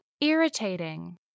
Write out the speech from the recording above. irritating